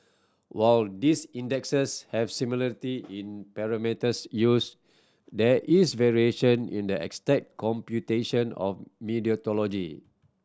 while these indexes have similarity in parameters used there is variation in the exact computation of methodology